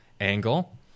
angle